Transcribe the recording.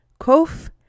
Kof